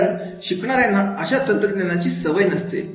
कारण शिकणाऱ्यांना अशा तंत्रज्ञानाची सवय नसते